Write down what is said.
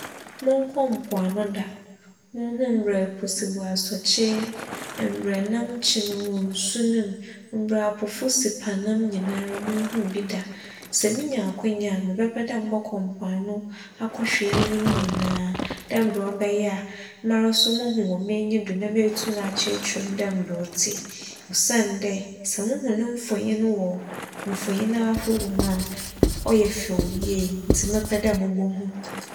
Monnkͻ mpoano da, munnhu mbrɛ ɛpo si bu asͻkye, mbrɛ ɛnam kyin wͻ nsu no mu, mbrɛ apofo si pa nam nyinara munnhu bi da. Sɛ minya akwannya a mebɛpɛ dɛ mobͻkͻ mpoano akͻhwɛ iyinom nyinaa dɛ mbrɛ ͻbɛyɛ a mara so mohu wͻ m'enyi do na m'etum akyerɛkyerɛ mu dɛ mbrɛ ͻtse osiandɛ sɛ muhu no mfonyin wͻ mfonyin ahorow mu a, ͻyɛ fɛw yie ntsi mɛpɛ dɛ mubohu